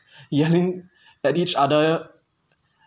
yelling at each other